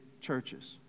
churches